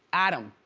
adam,